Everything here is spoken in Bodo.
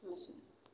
एसेनोसै